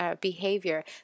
behavior